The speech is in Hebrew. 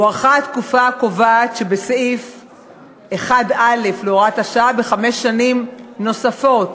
הוארכה התקופה הקובעת שבסעיף 1(א) להוראת השעה בחמש שנים נוספות,